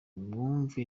mwumve